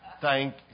thank